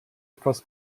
etwas